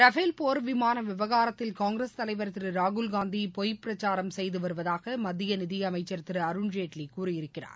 Rafale போர் விமான விவகாரத்தில் காங்கிரஸ் தலைவர் திரு ராகுல்காந்தி பொய் பிரச்சாரம் செய்து வருவதாக மத்திய நிதியமைச்சர் திரு அருண்ஜேட்லி கூறியிருக்கிறார்